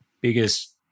biggest